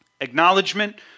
Acknowledgement